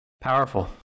Powerful